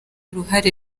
uruhare